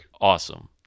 awesome